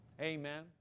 Amen